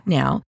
now